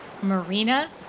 Marina